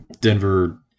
Denver